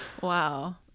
Wow